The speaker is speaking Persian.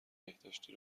بهداشتی